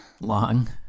Long